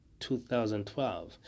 2012